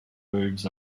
moves